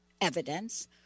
evidence